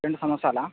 రెండు సంవత్సరాలు